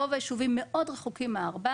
רוב היישובים מאוד רחוקים מ-400.